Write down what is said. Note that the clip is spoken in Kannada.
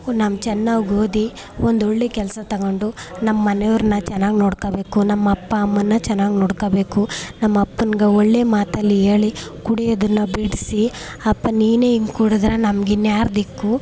ನಮ್ಮ ಚೆನ್ನಾಗಿ ಓದಿ ಒಂದೊಳ್ಳೆ ಕೆಲಸ ತಗೊಂಡು ನಮ್ಮ ಮನೆಯವ್ರನ್ನ ಚೆನ್ನಾಗಿ ನೋಡ್ಕೊಬೇಕು ನಮ್ಮ ಅಪ್ಪ ಅಮ್ಮನ್ನ ಚೆನ್ನಾಗಿ ನೋಡ್ಕೊಬೇಕು ನಮ್ಮಪ್ಪನ್ಗೆ ಒಳ್ಳೆ ಮಾತಲ್ಲಿ ಹೇಳಿ ಕುಡಿಯೋದನ್ನು ಬಿಡಿಸಿ ಅಪ್ಪ ನೀನೇ ಹಿಂಗೆ ಕುಡಿದ್ರೆ ನಮಗೆ ಇನ್ಯಾರು ದಿಕ್ಕು